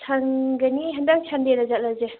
ꯁꯪꯒꯅꯤ ꯍꯟꯗꯛ ꯁꯟꯗꯦꯗ ꯆꯠꯂꯁꯦ